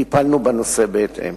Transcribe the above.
טיפלנו בנושא בהתאם.